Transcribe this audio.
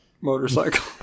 motorcycle